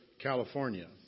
California